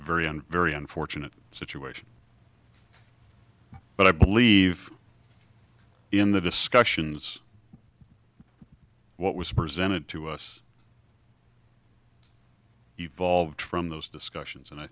and very unfortunate situation but i believe in the discussions what was presented to us evolved from those discussions and i